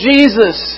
Jesus